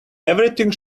everything